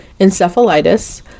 encephalitis